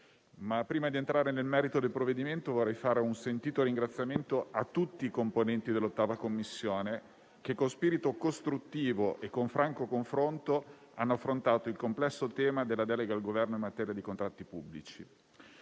Prima di entrare nel merito del provvedimento vorrei rivolgere un sentito ringraziamento a tutti i componenti dell'8a Commissione che, con spirito costruttivo e con franco confronto, hanno affrontato il complesso tema della delega al Governo in materia di contratti pubblici.